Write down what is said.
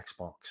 Xbox